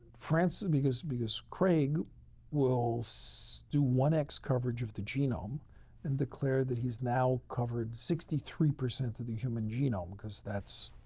francis because because craig will so do one x coverage of the genome and declare that he's now covered sixty three percent of the human genome because that's,